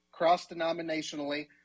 cross-denominationally